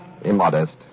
immodest